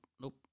nope